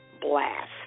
blast